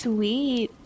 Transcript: Sweet